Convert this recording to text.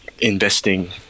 investing